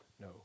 no